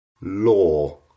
law